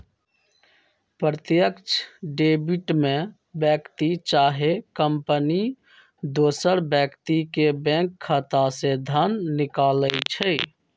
प्रत्यक्ष डेबिट में व्यक्ति चाहे कंपनी दोसर व्यक्ति के बैंक खता से धन निकालइ छै